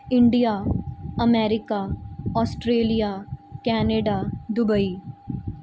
India America Australia Canada Dubai